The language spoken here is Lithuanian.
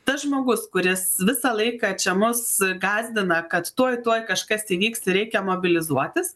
tas žmogus kuris visą laiką čia mus gąsdina kad tuoj tuoj kažkas įvyks reikia mobilizuotis